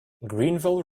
greenville